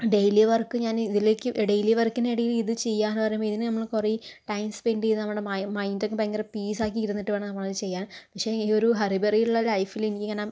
daily work ഞാൻ ഇതിലേക്ക് daily വർക്കിനിടയിൽ ഇത് ചെയ്യുകയെന്ന് പറയുമ്പോൾ ഇതിന് നമ്മൾ കുറെ ടൈം സ്പെന്റ് ചെയ്ത് നമ്മുടെ മൈന്റൊക്കെ ഭയങ്കര പീസാക്കി ഇരുന്നിട്ട് വേണം ഇത് നമ്മളത് ചെയ്യാൻ പക്ഷെ ഈ ഒരു ഹറി ബറിയുള്ളൊരു ലൈഫിലെനിക്കിങ്ങനെ